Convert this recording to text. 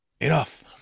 Enough